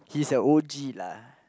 he's a O_G lah